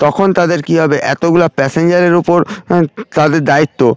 তখন তাদের কী হবে এতগুলা প্যাসেঞ্জারের উপর তাদের দায়িত্ব